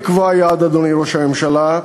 אדוני ראש הממשלה,